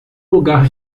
lugar